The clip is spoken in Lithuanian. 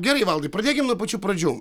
gerai valdai pradėkim nuo pačių pradžių